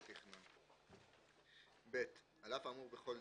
שלום לכולם.